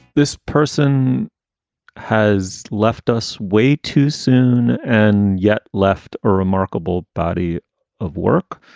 this person has left us way too soon and yet left a remarkable body of work.